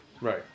Right